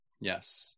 Yes